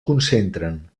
concentren